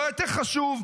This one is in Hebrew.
לא יותר חשוב?